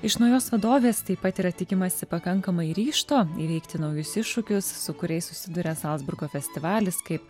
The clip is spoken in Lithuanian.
iš naujos vadovės taip pat yra tikimasi pakankamai ryžto įveikti naujus iššūkius su kuriais susiduria zalcburgo festivalis kaip